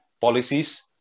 policies